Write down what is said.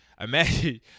imagine